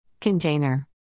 Container